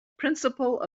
principle